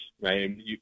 right